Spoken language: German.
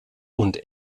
und